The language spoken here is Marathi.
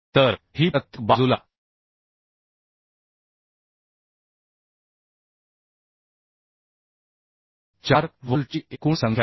तर ही प्रत्येक बाजूला 4 व्होल्टची एकूण संख्या आहे